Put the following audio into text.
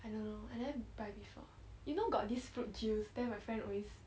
I don't know I never buy before you know got this fruit juice then my friend always